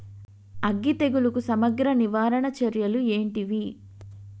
అగ్గి తెగులుకు సమగ్ర నివారణ చర్యలు ఏంటివి?